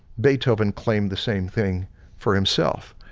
beethoven claimed the same thing for himself.